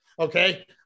Okay